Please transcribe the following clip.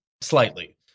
slightly